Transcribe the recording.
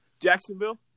Jacksonville